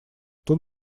тут